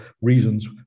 reasons